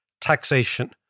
taxation